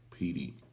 PD